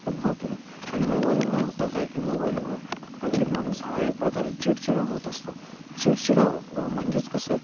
उद्भवतील आणि मोबाईलमुळं होतं काय की मोबाईलमुळं प्रत्येक माणूस हा एक प्रकारे चिडचिडा होत असतो चिडचिडा म्हणजेच कसं